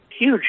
huge